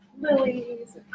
lilies